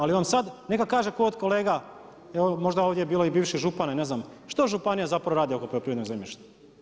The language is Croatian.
Ali vam sada neka kaže tko od kolega, možda je ovdje bilo i bivši župani, ne znam, što županija zapravo radi oko poljoprivrednog zemljišta?